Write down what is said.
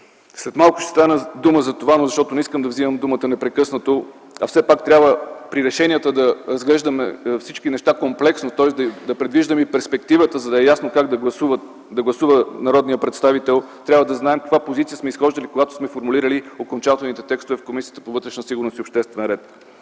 След малко ще стане дума за това, но защото не искам да вземам думата непрекъснато, а все пак трябва при решенията да разглеждаме всички неща комплексно, тоест да предвиждаме и перспективата, за да е ясно как да гласува народният представител, трябва да знаем от каква позиция сме изхождали, когато сме формулирали окончателните текстове в Комисията по вътрешна сигурност и обществен ред.